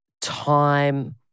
time